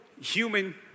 human